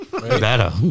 better